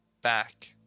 back